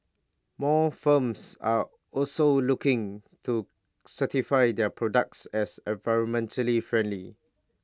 more firms are also looking to certify their products as environmentally friendly